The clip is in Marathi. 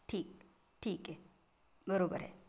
ठीक ठीक आहे बरोबर आहे